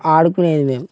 ఆడుకునేది మేము